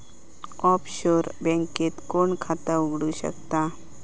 Offshore बँकेत कोण खाता उघडु शकता?